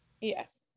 Yes